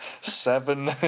Seven